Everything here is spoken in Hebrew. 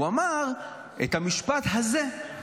הוא אמר את המשפט הזה: